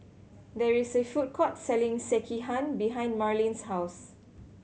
there is a food court selling Sekihan behind Marlyn's house